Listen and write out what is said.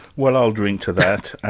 well i'll drink to that,